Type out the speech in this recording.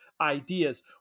ideas